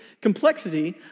complexity